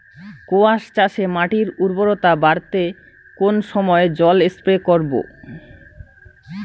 কোয়াস চাষে মাটির উর্বরতা বাড়াতে কোন সময় জল স্প্রে করব?